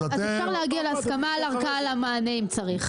אז אפשר להגיע להסכמה על המענה לערכאה.